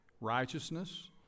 righteousness